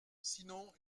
sinon